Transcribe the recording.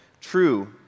true